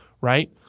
Right